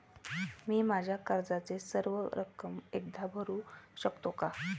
मी माझ्या कर्जाची सर्व रक्कम एकदा भरू शकतो का?